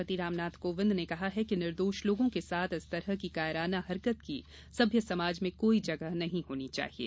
राष्ट्रपति रामनाथ कोविंद ने कहा है कि निर्दोष लोगों के साथ इस तरह की कायराना हरकत की सभ्य समाज में कोई जगह नहीं होनी चाहिये